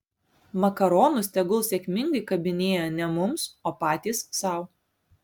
makaronus tegul sėkmingai kabinėja ne mums o patys sau